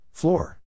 Floor